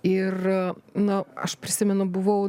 ir nu aš prisimenu buvau